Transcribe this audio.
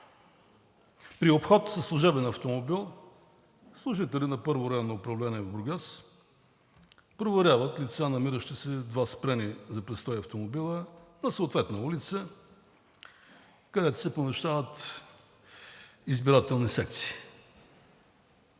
при обход със служебен автомобил служители на Първо районно управление в Бургас проверяват лица, намиращи в два спрени за престой автомобила на съответна улица, където се помещават избирателни секции.